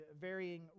Varying